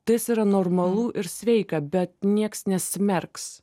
tas yra normalu ir sveika bet nieks nesmerks